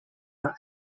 are